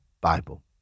Bible